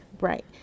Right